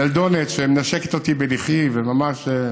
ילדונת, שמנשקת אותי בלחיי, וממש,